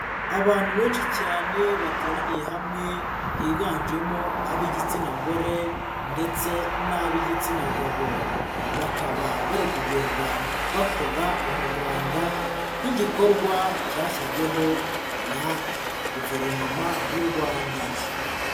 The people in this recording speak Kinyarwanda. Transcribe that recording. Abantu benshi cyane bateraniye hamwe, higanjemo ab'igitsina gore ndetse n'ab'igitsina gabo, bakaba bari kugenda bakora umuganda nk'igikorwa cyashyizweho na guverinoma y'u Rwanda.